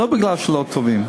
לא הייתה מפני שהן לא טובות.